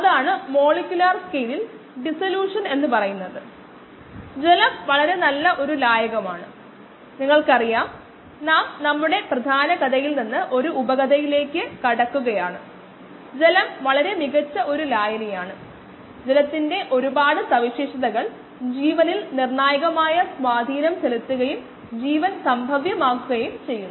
അത് കണ്ടെത്തുന്നതിന് നമ്മൾ ഇത് നമ്മളുടെ കണക്കുകൂട്ടലിൽ ചെയ്യുമായിരുന്നു നമുക്ക് ഒരു ഗ്രാഫ് പേപ്പറും ഉപയോഗിക്കാം